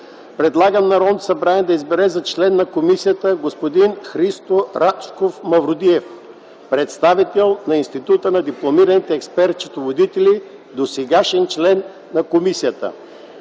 предлагам на Народното събрание да избере за член на комисията господин Христо Рашков Маврудиев – представител на Института на дипломираните експерт-счетоводители, досегашен член на комисията.